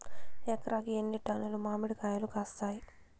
ఎకరాకి ఎన్ని టన్నులు మామిడి కాయలు కాస్తాయి?